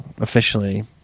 officially